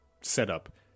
setup